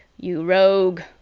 you rogue.